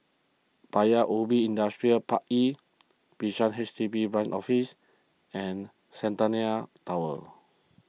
Paya Ubi Industrial Park E Bishan H D B Branch Office and Centennial Tower